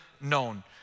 known